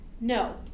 No